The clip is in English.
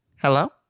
Hello